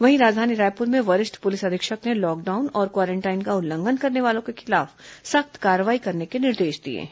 वहीं राजधानी रायपुर में वरिष्ठ पुलिस अधीक्षक ने लॉकडाउन और क्वारेंटाइन का उल्लंघन करने वालों के खिलाफ सख्त कार्रवाई करने के निर्देश दिए हैं